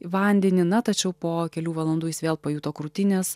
vandenį na tačiau po kelių valandų jis vėl pajuto krūtinės